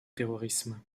terrorisme